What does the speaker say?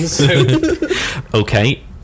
okay